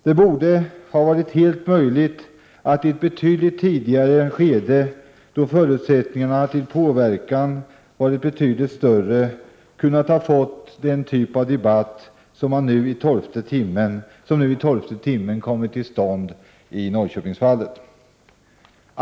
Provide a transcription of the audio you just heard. Det borde ha varit helt möjligt att i ett betydligt tidigare skede, då förutsättningarna för påverkan varit betydligt större, få den typ av debatt som nu i tolfte timmen kommit till stånd i Norrköpingsfallet.